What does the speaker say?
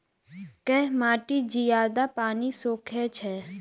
केँ माटि जियादा पानि सोखय छै?